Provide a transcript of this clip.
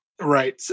Right